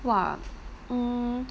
!wah! um